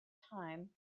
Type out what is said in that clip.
time